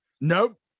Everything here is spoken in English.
Nope